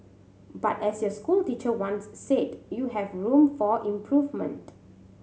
but as your school teacher once said you have room for improvement